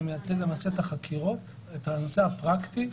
אני מייצג למעשה את החקירות, את הנושא הפרקטי.